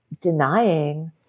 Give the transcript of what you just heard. denying